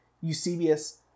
Eusebius